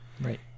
Right